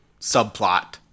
subplot